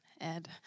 Ed